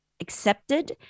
accepted